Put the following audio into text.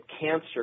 cancer